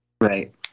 Right